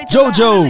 Jojo